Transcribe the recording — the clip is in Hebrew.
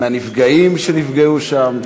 מהנפגעים שנפגעו שם.